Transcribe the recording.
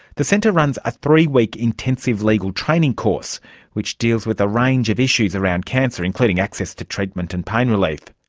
the centre runs a three-week intensive legal training course which deals with a range of issues around cancer, including access to treatment and pain relief.